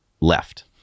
left